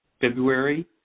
February